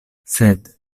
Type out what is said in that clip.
sed